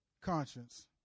conscience